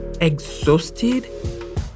exhausted